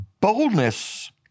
boldness